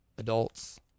Adults